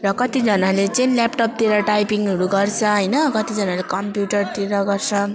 र कतिजनाले चाहिँ ल्यापटपतिर टाइपिङहरू गर्छ होइन कतिजनाले कम्प्युटरतिर गर्छ